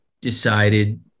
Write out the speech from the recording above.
decided